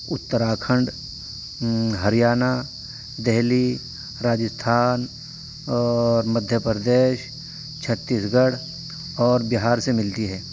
اتراکھنڈ ہریانہ دہلی راجستھان اور مدھیہ پردیش چھتیس گڑھ اور بہار سے ملتی ہے